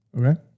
Okay